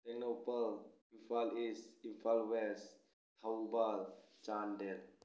Tengnoupal Imphal east Imphal west Thoubal Chandel